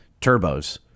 turbos